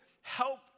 help